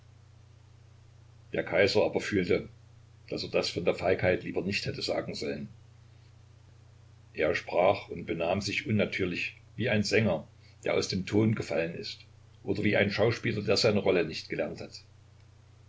der kaiser aber fühlte daß er das von der feigheit lieber nicht hätte sagen sollen er sprach und benahm sich unnatürlich wie ein sänger der aus dem ton gefallen ist oder wie ein schauspieler der seine rolle nicht gelernt hat